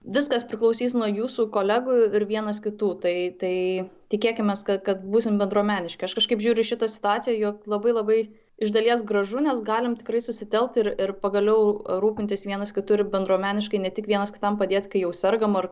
viskas priklausys nuo jūsų kolegų ir vienas kitų tai tai tikėkimės kad kad būsim bendruomeniški aš kažkaip žiūriu į šitą situaciją jog labai labai iš dalies gražu nes galim tikrai susitelkt ir ir pagaliau rūpintis vienas kitu ir bendruomeniškai ne tik vienas kitam padėt kai jau sergam ar